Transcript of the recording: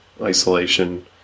isolation